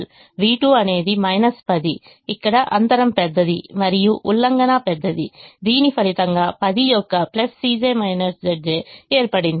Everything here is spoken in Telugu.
v2 అనేది 10 ఇక్కడ అంతరం పెద్దది మరియు ఉల్లంఘన పెద్దది దీని ఫలితంగా 10 యొక్క Cj Zj ఏర్పడింది